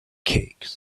cakes